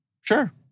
sure